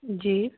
جی